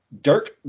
Dirk